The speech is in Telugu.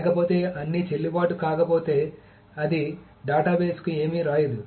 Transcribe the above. లేకపోతే అన్నీ చెల్లుబాటు కాకపోతే అది డేటాబేస్కు ఏమీ రాయదు